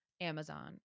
Amazon